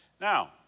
Now